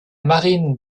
marine